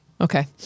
Okay